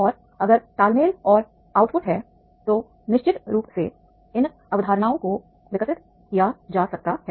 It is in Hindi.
और अगर तालमेल और आउटपुट है तो निश्चित रूप से इन अवधारणाओं को विकसित किया जा सकता है